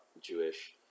Jewish